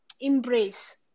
embrace